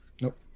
Nope